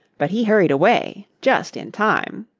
but he hurried away just in time.